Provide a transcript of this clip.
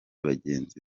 bagenzi